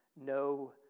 no